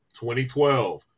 2012